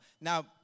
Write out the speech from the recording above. now